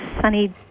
sunny